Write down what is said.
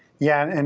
yeah, and